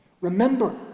Remember